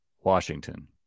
Washington